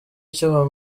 icyo